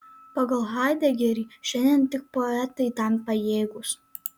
pagal haidegerį šiandien tik poetai tam pajėgūs